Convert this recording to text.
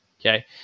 Okay